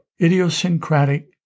idiosyncratic